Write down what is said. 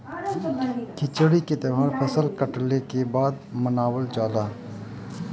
खिचड़ी के तौहार फसल कटले के बाद मनावल जाला